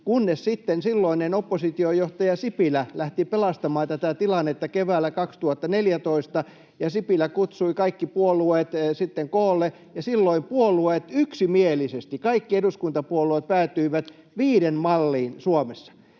kunnes sitten silloinen oppositiojohtaja Sipilä lähti pelastamaan tätä tilannetta keväällä 2014. Sipilä kutsui kaikki puolueet sitten koolle, ja silloin puolueet yksimielisesti, kaikki eduskuntapuolueet, päätyivät viiden malliin Suomessa.